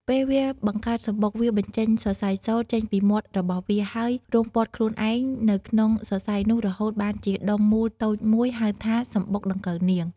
ពេលវាបង្កើតសំបុកវាបញ្ចេញសរសៃសូត្រចេញពីមាត់របស់វា ហើយរុំព័ទ្ធខ្លួនឯងនៅក្នុងសរសៃនោះរហូតបានជាដុំមូលតូចមួយហៅថា សំបុកដង្កូវនាង។